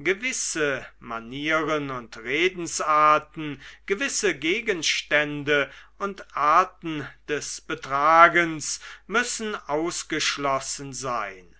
gewisse manieren und redensarten gewisse gegenstände und arten des betragens müssen ausgeschlossen sein